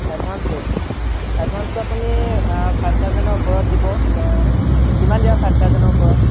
এডভাঞ্চটো এডভাঞ্চটো আপুনি ফাইভ থাউজেণ্ডৰ ওপৰত দিব কিমান দিব ফাইভ থাউজেণ্ডৰ ওপৰত